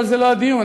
אבל זה לא הדיון.